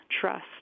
trust